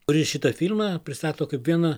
kuris šitą filmą pristato kaip vieną